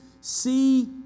see